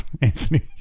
Anthony